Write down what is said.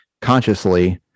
consciously